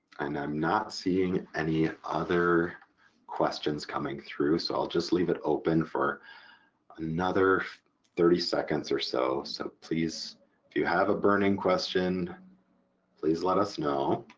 and i'm not seeing any other questions coming through so i'll just leave it open for another thirty seconds or so, so please if you have a burning question please let us know.